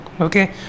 okay